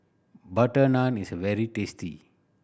butter naan is very tasty